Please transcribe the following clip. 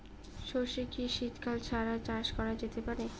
সর্ষে কি শীত কাল ছাড়া চাষ করা যেতে পারে?